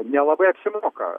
nelabai apsimoka